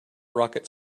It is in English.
rocket